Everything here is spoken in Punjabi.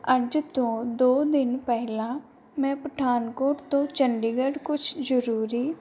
ਅੱਜ ਤੋਂ ਦੋ ਦਿਨ ਪਹਿਲਾਂ ਮੈਂ ਪਠਾਨਕੋਟ ਤੋਂ ਚੰਡੀਗੜ੍ਹ ਕੁਛ ਜ਼ਰੂਰੀ